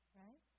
right